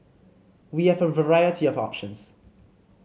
we have a variety of options